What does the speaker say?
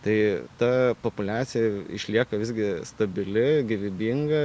tai ta populiacija išlieka visgi stabili gyvybinga